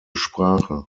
sprache